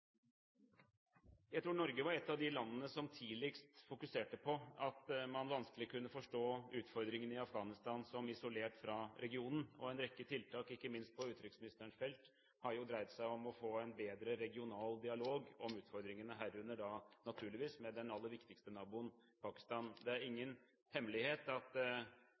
Jeg tror Norge var et av de landene som tidligst fokuserte på at man vanskelig kunne forstå utfordringen i Afghanistan isolert fra regionen. En rekke tiltak, ikke minst på utenriksministerens felt, har jo dreid seg om å få en bedre regional dialog om utfordringene – herunder naturligvis dialog med den aller viktigste naboen, Pakistan. Det er ingen hemmelighet at